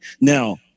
Now